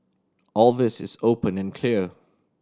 all this is open and clear